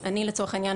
אני לצורך העניין,